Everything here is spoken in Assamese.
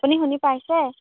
আপুনি শুনি পাইছে